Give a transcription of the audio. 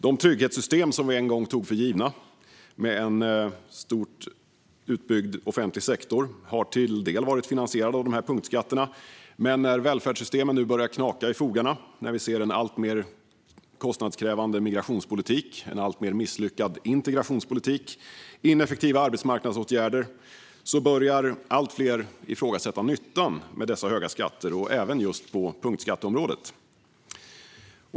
De trygghetssystem som vi en gång tog för givna med en stor offentlig sektor har till en del varit finansierad av dessa punktskatter. Men när välfärdssystemen nu börjar knaka i fogarna - när vi ser en alltmer kostnadskrävande migrationspolitik, en alltmer misslyckad integrationspolitik, ineffektiva arbetsmarknadsåtgärder - börjar allt fler ifrågasätta nyttan med dessa höga skatter, även på punktskatteområdet.